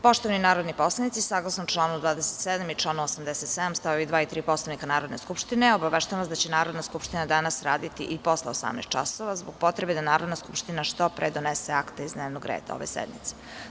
Poštovani narodni poslanici, saglasno članu 27. i članu 87. st. 2. i 3. Poslovnika Narodne skupštine, obaveštavam vas da će Narodna skupština danas raditi i posle 18,00 časova, zbog potrebe da Narodna skupština što pre donese akte iz dnevnog reda ove sednice.